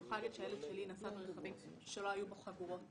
אני יכולה לומר שהילד שלי נסע ברכבים שלא היו בו חגורות.